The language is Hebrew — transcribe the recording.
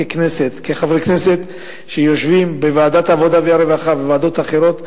חברי הכנסת שיושבים בוועדת העבודה והרווחה ובוועדות אחרות,